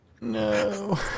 No